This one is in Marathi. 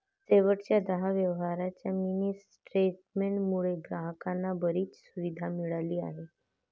शेवटच्या दहा व्यवहारांच्या मिनी स्टेटमेंट मुळे ग्राहकांना बरीच सुविधा मिळाली आहे